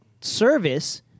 service